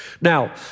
Now